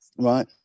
Right